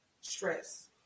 stress